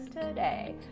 today